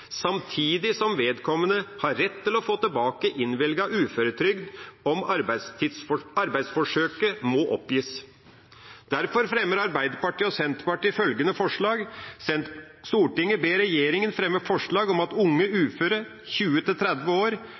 samtidig som vedkommende har rett til å få tilbake innvilget uføretrygd om arbeidsforsøket må oppgis. Derfor fremmer Arbeiderpartiet og Senterpartiet følgende forslag: «Stortinget ber regjeringen fremme forslag om at unge uføre hvert annet år gis rett til